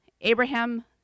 Abraham